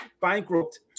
Bankrupt